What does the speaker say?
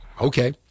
Okay